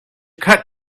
cut